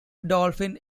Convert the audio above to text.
dolphins